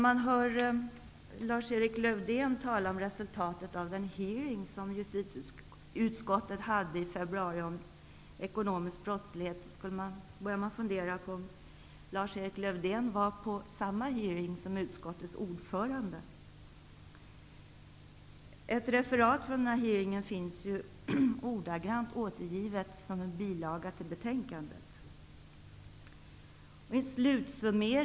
Lars-Erik Lövdén talade om resultatet av den hearing som justitieutskottet hade i februari om ekonomisk brottslighet. När man hörde det började man fundera över om Lars-Erik Lövdén verkligen var på samma hearing som utskottets ordförande. En ordagrann utskrift av hearingen har tagits in som bilaga i betänkandet.